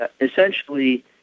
essentially